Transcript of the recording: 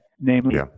namely